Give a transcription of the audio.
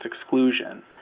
exclusion